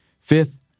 Fifth